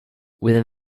within